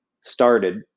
started